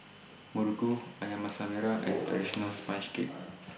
Muruku Ayam Masak Merah and Traditional Sponge Cake